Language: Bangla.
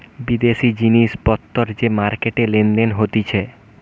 বিদেশি জিনিস পত্তর যে মার্কেটে লেনদেন হতিছে